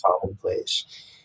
commonplace